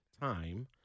time